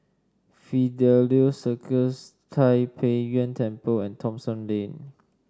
Fidelio Circus Tai Pei Yuen Temple and Thomson Lane